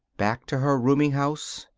back to her rooming house.